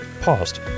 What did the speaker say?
paused